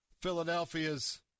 Philadelphia's